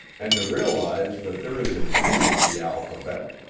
and to realize that there is a u in the alphabet